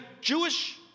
Jewish